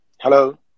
Hello